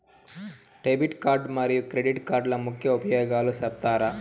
Debit card మరియు credit కార్డుల ముఖ్య ఉపయోగాలు సెప్తారా?